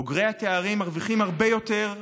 בוגרי התארים מרוויחים הרבה יותר,